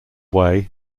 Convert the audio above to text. way